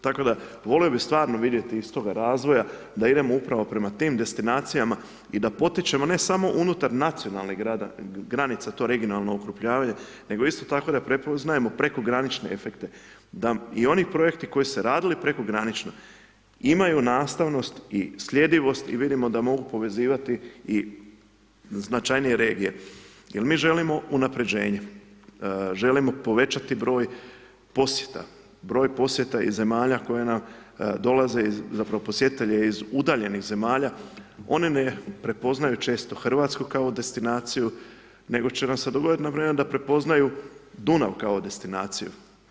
Tako da, volio bi stvarno vidjeti iz toga razvoja da idemo upravo prema tim destinacijama i da potičemo ne samo unutar nacionalnih granica to regionalno okrupljavanje, nego isto tako da prepoznajemo prekogranične efekte, da i oni projekti koji su se radili prekogranično, imaju nastavnost i sljedivost i vidimo da mogu povezivati i značajnije regije jer mi želimo unapređenje, želimo povećati broj posjeta, broj posjeta iz zemalja koje nam dolaze, zapravo, posjetitelja iz udaljenih zemalja, one ne prepoznaju često RH kao destinaciju, nego će nam se dogoditi npr. da prepoznaju Dunav kao destinaciju.